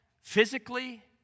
Physically